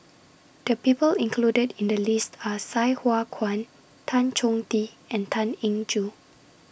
The People included in The list Are Sai Hua Kuan Tan Chong Tee and Tan Eng Joo